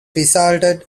resulted